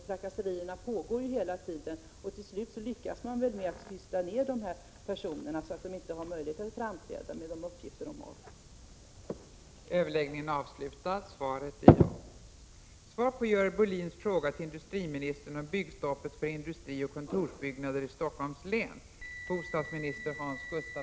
Trakasserierna pågår hela tiden, och till slut lyckas man väl med att tysta ned de här personerna, så att de inte har möjlighet att framträda med de uppgifter som de har.